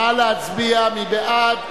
נא להצביע, מי בעד?